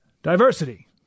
Diversity